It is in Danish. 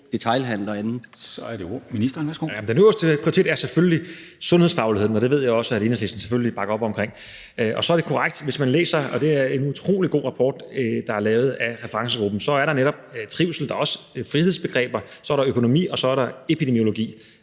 Heunicke): Den øverste prioritet er selvfølgelig sundhedsfagligheden, og det ved jeg også at Enhedslisten selvfølgelig bakker op om. Og så er det korrekt, at hvis man læser rapporten – og det er en utrolig god rapport, der er lavet af referencegruppen – så er der netop trivsel med. Der er også frihedsbegreber, og så er der økonomi, og så er der epidemiologi